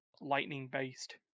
lightning-based